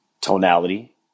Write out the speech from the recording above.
Tonality